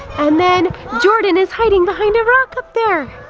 and then jordan is hiding behind a rock up there!